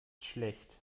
schlecht